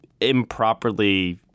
improperly